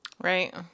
Right